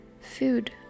food